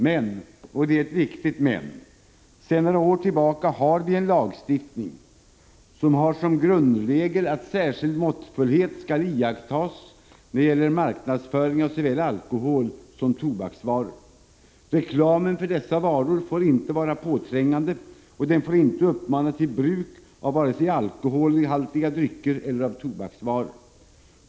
Men — och det är ett viktigt men — sedan några år tillbaka har vi en lagstiftning som har som grundregel att särskild måttfullhet skall iakttas när det gäller marknadsföring av såväl alkohol som tobaksvaror. Reklamen för dessa varor får inte vara påträngande, och den får inte uppmana till bruk av vare sig alkoholhaltiga drycker eller tobaksvaror.